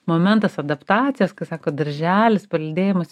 momentas adaptacijos kai sako darželis palydėjimas